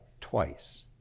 twice